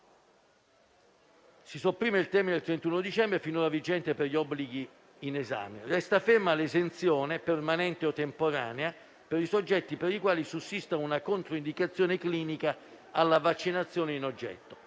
Si sopprime il termine del 31 dicembre 2021, finora vigente per gli obblighi in esame. *(Brusìo. Richiami del Presidente).* Resta ferma l'esenzione, permanente o temporanea, per i soggetti per i quali sussista una controindicazione clinica alla vaccinazione in oggetto.